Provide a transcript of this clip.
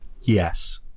yes